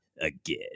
again